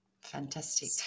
Fantastic